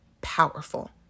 powerful